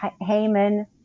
Haman